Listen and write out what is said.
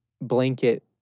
blanket